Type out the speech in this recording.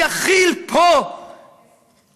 יחיל פה את